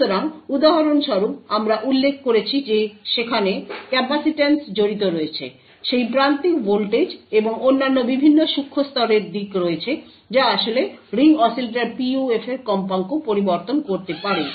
সুতরাং উদাহরণস্বরূপ আমরা উল্লেখ করেছি যে সেখানে ক্যাপাসিট্যান্স জড়িত রয়েছে সেই প্রান্তিক ভোল্টেজ এবং অন্যান্য বিভিন্ন সূক্ষ্ণ স্তরের দিক রয়েছে যা আসলে রিং অসিলেটর PUF এর কম্পাঙ্ক পরিবর্তন করতে পারে